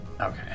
Okay